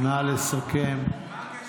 נא לסכם.